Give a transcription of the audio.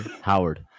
Howard